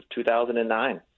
2009